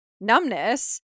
numbness